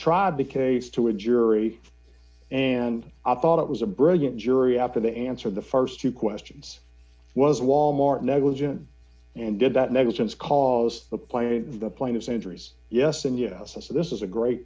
tried the case to a jury and i thought it was a brilliant jury after the answer of the st two questions was walmart negligent and did that negligence cause the plane the plane of centuries yes and you know so this is a great